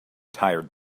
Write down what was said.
tired